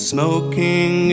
Smoking